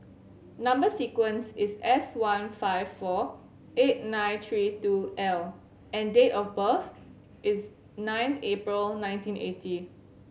number sequence is S one five four eight nine three two L and date of birth is nine April nineteen eighty